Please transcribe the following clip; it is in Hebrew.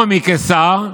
ממשיך להתקיים.